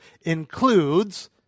includes